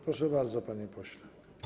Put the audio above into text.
Proszę bardzo, panie pośle.